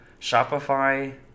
Shopify